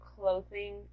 clothing